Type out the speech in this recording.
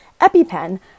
EpiPen